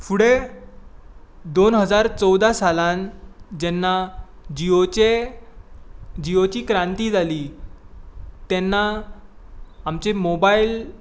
फुडें दोन हजार चौदा सालांत जेन्ना जियोचे जियोची क्रांती जाली तेन्ना आमचे मोबायल